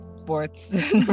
sports